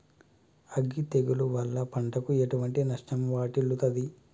అగ్గి తెగులు వల్ల పంటకు ఎటువంటి నష్టం వాటిల్లుతది?